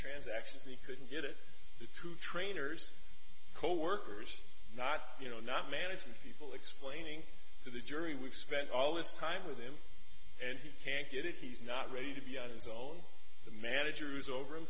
transactions we couldn't get it to trainers coworkers not you know not management people explaining to the jury we've spent all this time with him and he can't get it he's not ready to be until the manager is over him